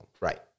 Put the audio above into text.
Right